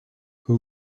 who